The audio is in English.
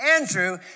Andrew